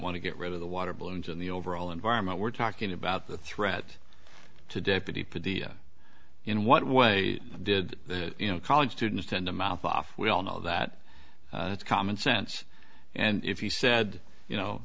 want to get rid of the water balloons in the overall environment we're talking about the threat to deputy for the in what way did you know college students tend to mouth off we all know that it's common sense and if he said you know